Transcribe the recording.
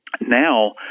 now